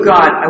God